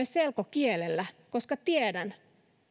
selkokielellä koska tiedän